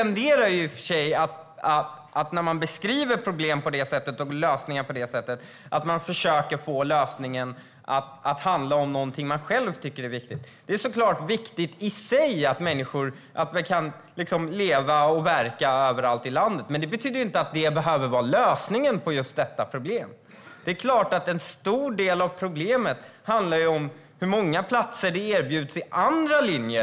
När man beskriver problem och lösningar på det sättet försöker man få lösningen att handla om någonting som man själv tycker är viktigt. Det är såklart viktigt i sig att människor kan leva och verka överallt i landet. Men det betyder inte att det behöver vara lösningen på just detta problem. En stor del av problemet handlar om hur många platser som erbjuds på andra linjer.